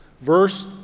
verse